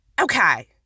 Okay